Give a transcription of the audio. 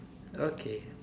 okay